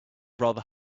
rather